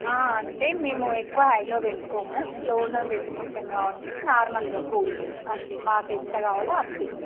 అంటే మేము ఎక్కువ హైలో పెట్టుకోము లో లో పెట్టుకుంటాం కాబట్టి నార్మల్గా కూలింగ్ అంతే మాకు ఎంత కావాలో అంతే